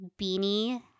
Beanie